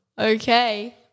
Okay